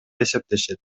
эсептешет